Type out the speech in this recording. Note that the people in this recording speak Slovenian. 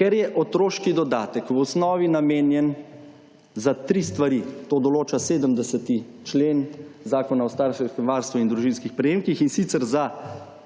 ker je otroški dodatek v osnovi namenjen za tri stvari, to določa 70. člen Zakona o starševskem varstvu in družinskih prejemkih in sicer za